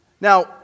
Now